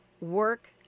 work